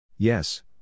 Yes